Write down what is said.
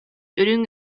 үрүҥ